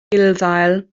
gulddail